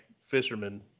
fishermen